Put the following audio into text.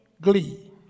glee